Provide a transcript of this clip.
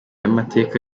y’amateka